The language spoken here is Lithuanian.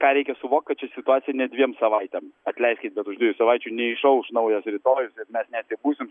ką reikia suvokt kad ši situacija ne dviem savaitėm atleiskit bet už dviejų savaičių neišauš naujas rytojus ir mes net ir būsim